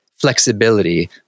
flexibility